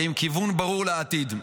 ועם כיוון ברור לעתיד.